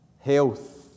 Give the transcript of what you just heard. health